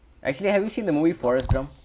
actually have you seen the movie forrest gump